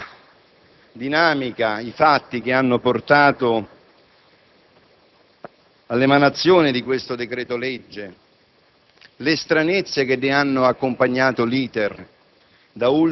Presidente, quando è iniziata la trattazione del disegno di legge in esame, mai avrei immaginato di intervenire in sede di discussione generale.